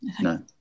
no